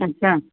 अच्छा